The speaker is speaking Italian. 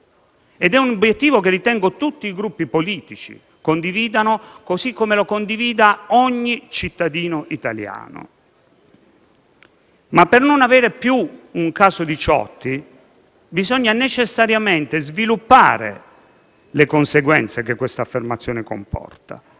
È un obiettivo che ritengo tutti i Gruppi politici condividano, così come lo condivide ogni cittadino italiano. Ma per non avere più un caso Diciotti bisogna necessariamente sviluppare le conseguenze che tale affermazione comporta.